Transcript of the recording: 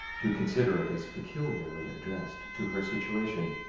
to consider it as peculiarly addressed to her situation,